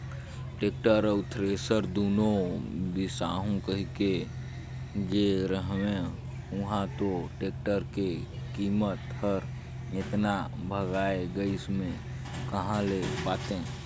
tractor अउ thresher दुनो बिसाहू कहिके गे रेहेंव उंहा तो टेक्टर के कीमत हर एतना भंगाए गइस में कहा ले पातें